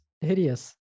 hideous